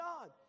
God